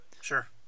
Sure